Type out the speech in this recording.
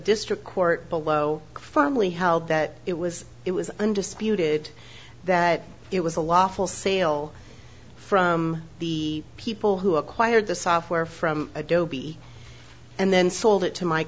district court below firmly held that it was it was undisputed that it was a law full sail from the people who acquired the software from adobe and then sold it to my